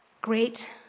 great